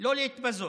לא להתבזות.